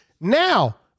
now